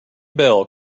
bell